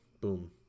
Boom